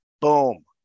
Boom